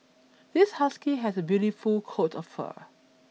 this husky has a beautiful coat of fur